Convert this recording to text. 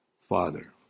father